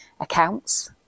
accounts